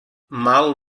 mal